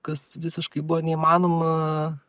kas visiškai buvo neįmanoma